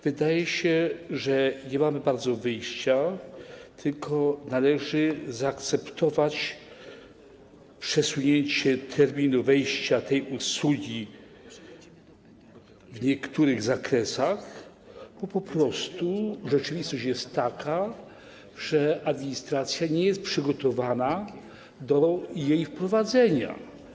Wydaje się, że nie bardzo mamy wyjście, tylko należy zaakceptować przesunięcie terminu wejścia tej usługi w niektórych zakresach, bo po prostu rzeczywistość jest taka, że administracja nie jest przygotowana do jej wprowadzenia.